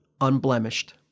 unblemished